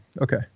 okay